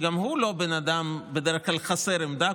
שהוא בדרך כלל לא בן אדם חסר עמדה,